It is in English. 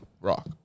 rock